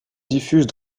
diffuse